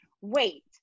wait